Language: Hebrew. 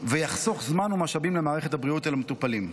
וזה יחסוך זמן ומשאבים למערכת הבריאות ולמטופלים.